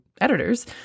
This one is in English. editors